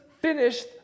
finished